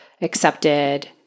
accepted